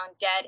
dead